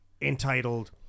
entitled